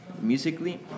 musically